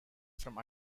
from